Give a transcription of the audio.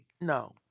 No